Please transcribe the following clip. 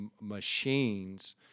machines –